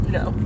no